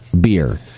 Beer